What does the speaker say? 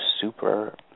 super